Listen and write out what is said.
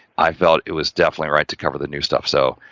i felt it was definitely right to cover the new stuff so,